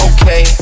Okay